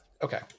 Okay